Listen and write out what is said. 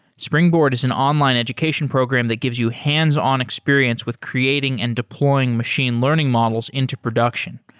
springboard is an online education program that gives you hands-on experience with creating and deploying machine learning models into production,